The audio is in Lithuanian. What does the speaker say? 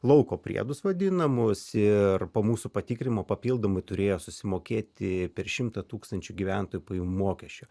lauko priedus vadinamus ir po mūsų patikrinimo papildomai turėjo susimokėti per šimtą tūkstančių gyventojų pajamų mokesčio